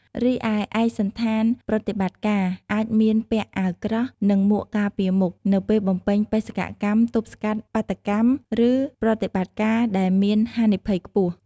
រីឯឯកសណ្ឋានប្រតិបត្តិការ អាចមានពាក់អាវក្រោះ និងមួកការពារមុខ នៅពេលបំពេញបេសកកម្មទប់ស្កាត់បាតុកម្ម ឬប្រតិបត្តិការដែលមានហានិភ័យខ្ពស់។